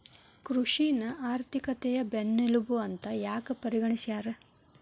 ಕೃಷಿನ ಆರ್ಥಿಕತೆಯ ಬೆನ್ನೆಲುಬು ಅಂತ ಯಾಕ ಪರಿಗಣಿಸ್ಯಾರ?